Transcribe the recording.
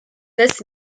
this